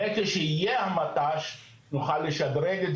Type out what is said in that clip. אחר כך כאשר יהיה המט"ש נוכל לשדרג את